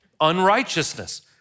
unrighteousness